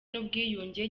n’ubwiyunge